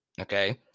Okay